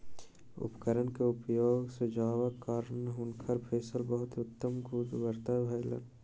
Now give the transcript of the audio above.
उपकरण के उपयोगक सुझावक कारणेँ हुनकर फसिल बहुत उत्तम गुणवत्ता वला भेलैन